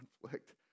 conflict